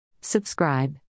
Subscribe